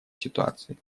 ситуации